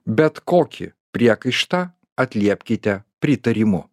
bet kokį priekaištą atliepkite pritarimu